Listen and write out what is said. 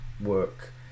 work